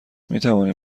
میتوانیم